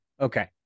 Okay